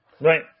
Right